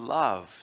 love